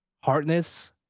Hardness